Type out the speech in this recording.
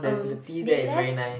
um they left